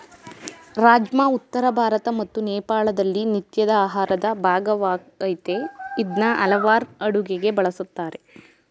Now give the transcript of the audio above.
ರಾಜ್ಮಾ ಉತ್ತರ ಭಾರತ ಮತ್ತು ನೇಪಾಳದಲ್ಲಿ ನಿತ್ಯದ ಆಹಾರದ ಭಾಗವಾಗಯ್ತೆ ಇದ್ನ ಹಲವಾರ್ ಅಡುಗೆಗೆ ಬಳುಸ್ತಾರೆ